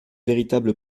véritable